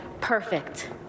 perfect